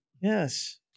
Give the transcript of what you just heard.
Yes